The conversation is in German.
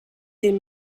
dem